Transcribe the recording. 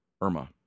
Irma